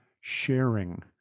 sharing